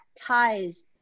ties